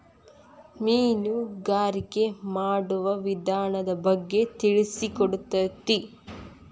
ಮೇನುಗಾರಿಕೆ ಮಾಡುವ ವಿಧಾನದ ಬಗ್ಗೆ ತಿಳಿಸಿಕೊಡತತಿ